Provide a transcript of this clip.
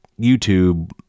YouTube